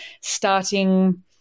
starting –